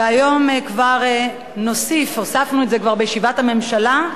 והיום כבר נוסיף, הוספנו את זה כבר בישיבת הממשלה.